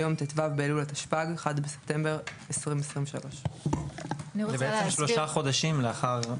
ביום ט"ו באלול התשפ"ג (1 בספטמבר 2023). זה בעצם שלושה חודשים לאחר.